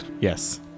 Yes